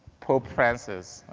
pope francis.